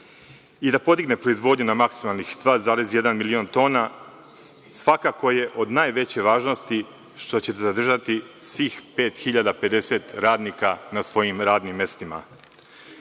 i da podigne proizvodnju na maksimalnih 2,1 milion tona, svakako je od najveće važnosti što će zadržati svih 5050 radnika na svojim radnim mestima.